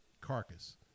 carcass